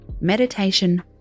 meditation